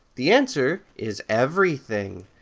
the answer is everything.